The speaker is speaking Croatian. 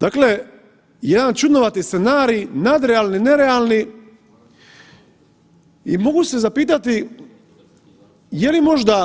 Dakle, jedan čudnovati scenarij nadrealni, nerealni i mogu se zapitati jeli možda